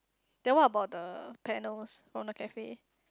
then what about the panels on the cafe